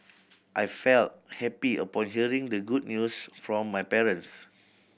I felt happy upon hearing the good news from my parents